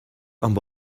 amb